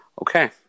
Okay